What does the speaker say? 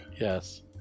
Yes